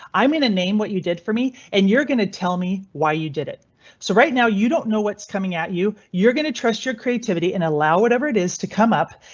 i mean a name what you did for me and you're going to tell me why you did it so right now you don't know what's coming at you you're going to trust your creativity and allow whatever it is to come up.